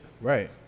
Right